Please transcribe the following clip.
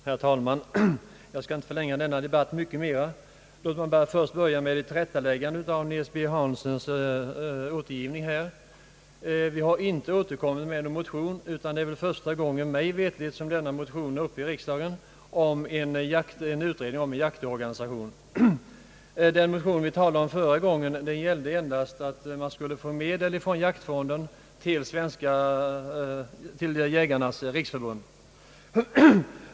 Herr talman! Jag skall inte förlänga denna debatt mycket. Låt mig bara först göra ett tillrättaläggande av herr Nils Hanssons återgivning här. Vi har inte återkommit med någon motion. Det är mig veterligt första gången som denna motion om en utredning beträffande jaktorganisationen är uppe i riksdagen. Den motion vi talade om förra gången gick endast ut på att få medel från jaktfonden till Jägarnas riksförbund.